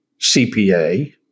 CPA